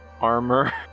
armor